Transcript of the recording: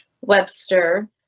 Webster